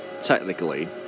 technically